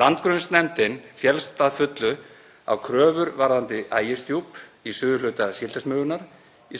Landgrunnsnefndin féllst að fullu á kröfur varðandi Ægisdjúp í suðurhluta Síldarsmugunnar